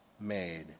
made